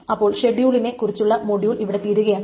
അപ്പോൾ ഷെഡ്യൂളിനെ കുറിച്ചുള്ള മോഡ്യൂൾ ഇവിടെ തീരുകയാണ്